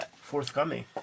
forthcoming